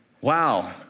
Wow